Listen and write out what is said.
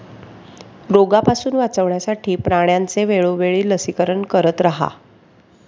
रोगापासून वाचवण्यासाठी प्राण्यांचे वेळोवेळी लसीकरण करत रहा